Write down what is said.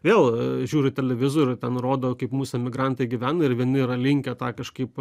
vėl žiūriu televizorių ten rodo kaip mūsų emigrantai gyvena ir vieni yra linkę tą kažkaip